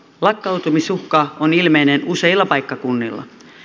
lakkautumisuhka on ilmeinen useilla paikkakunnilla